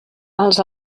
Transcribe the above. els